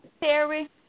Terry